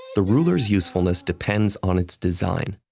the ruler's usefulness depends on its design.